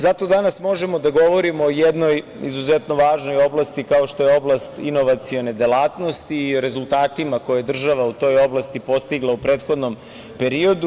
Zato danas možemo da govorimo o jednoj izuzetno važnoj oblasti, kao što je oblast inovacione delatnosti i o rezultatima koje država u toj oblasti je postigla u prethodnom periodu.